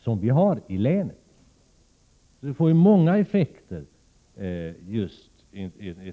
sådant projekt skulle medföra många positiva effekter för länet.